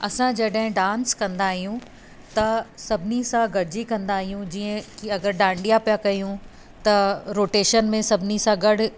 असां जॾहिं डांस कंदा आहियूं त सभिनी सां गॾिजी कंदा आहियूं जीअं की अगरि डांडिया पिया कयूं त रोटेशन में सभिनी सां गॾु